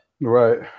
Right